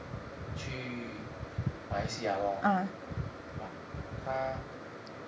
去马来西亚 lor ah 他